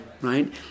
right